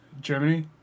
Germany